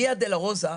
ויה דולורזה,